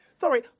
Sorry